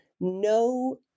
no